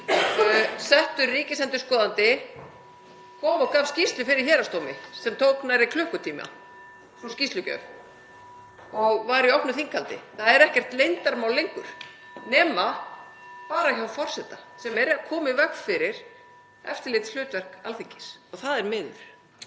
Settur ríkisendurskoðandi kom og gaf skýrslu fyrir héraðsdómi sem tók nærri klukkutíma, sú skýrslugjöf, og var í opnu þinghaldi. Það er ekkert leyndarmál lengur nema bara hjá forseta sem er að koma í veg fyrir eftirlitshlutverk Alþingis og það er miður.